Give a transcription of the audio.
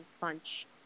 punch